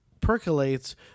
percolates